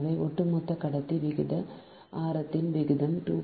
எனவே ஒட்டுமொத்த கடத்தி விகித ஆரத்தின் விகிதம் 2